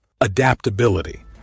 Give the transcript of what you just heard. Adaptability